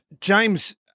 James